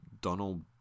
Donald